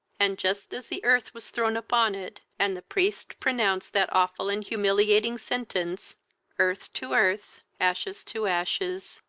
and, just as the earth was thrown upon it, and the priest pronounced that awful and humiliating sentence earth to earth, ashes to ashes,